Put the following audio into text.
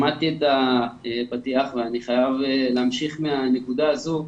שמעתי את הפתיח ואני חייב להמשיך מהנקודה הזאת.